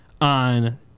on